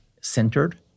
centered